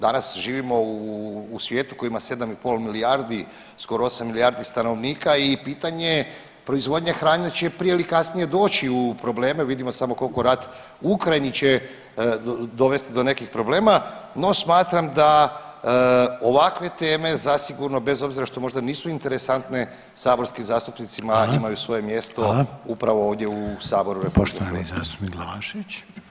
Danas živimo u svijetu koji ima 7,5 milijardi skoro 8 milijardi stanovnika i pitanje je, proizvodnja hrane će prije ili kasnije doći u probleme, vidimo samo koliko rat u Ukrajini će dovesti do nekih problema, no smatram da ovakve teme zasigurno bez obzira što možda nisu interesantne saborskim zastupnicima [[Upadica: Hvala.]] imaju svoje mjesto [[Upadica: Hvala.]] upravo ovdje u saboru RH.